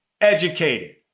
educated